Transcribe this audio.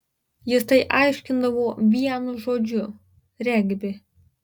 jis tai aiškindavo vienu žodžiu regbi